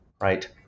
right